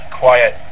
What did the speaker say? quiet